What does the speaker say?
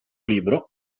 libro